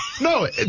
No